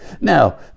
Now